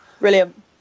Brilliant